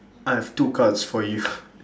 I have two cards for you